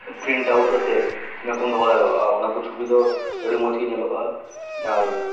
print out ᱠᱟᱛᱮᱫ ᱫᱚᱦᱚ ᱫᱟᱲᱮᱭᱟᱜᱼᱟ ᱚᱱᱟᱠᱚ ᱪᱷᱚᱵᱤ ᱫᱚ ᱟᱹᱰᱤ ᱢᱚᱡᱽᱜᱮ ᱧᱮᱞᱚᱜᱼᱟ ᱟᱨ